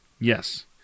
Yes